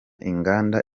inganda